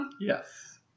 Yes